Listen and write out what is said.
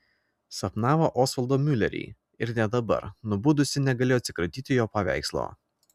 sapnavo osvaldą miulerį ir net dabar nubudusi negalėjo atsikratyti jo paveikslo